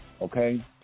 Okay